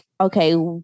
okay